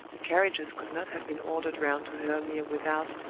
the carriages could not have been ordered round to hurle mere without,